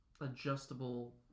adjustable